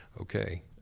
okay